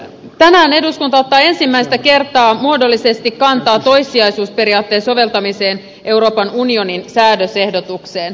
tänään eduskunta ottaa ensimmäistä kertaa muodollisesti kantaa toissijaisuusperiaatteen soveltamiseen euroopan unionin säädösehdotukseen